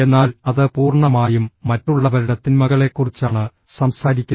എന്നാൽ അത് പൂർണ്ണമായും മറ്റുള്ളവരുടെ തിന്മകളെക്കുറിച്ചാണ് സംസാരിക്കുന്നത്